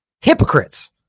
Hypocrites